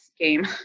game